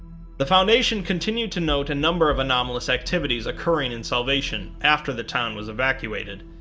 the foundation continued to note a number of anomalous activities occurring in salvation after the town was evacuated.